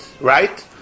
Right